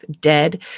dead